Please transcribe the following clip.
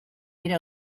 era